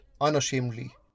unashamedly